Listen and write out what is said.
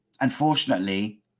Unfortunately